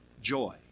joy